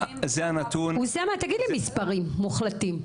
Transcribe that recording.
אוסאמה, תגיד לי מספרים מוחלטים.